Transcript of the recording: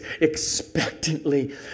expectantly